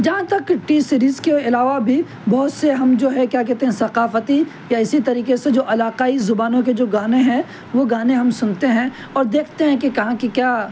جہاں تک T Series کے علاوہ بھی بہت سے ہم جو ہے کیا کہتے ہیں ثقافتی یا اسی طریقے سے جو علاقائی زبانوں کے جو گانے ہیں وہ گانے ہم سنتے ہیں اور دیکھتے ہیں کہ کہاں کی کیا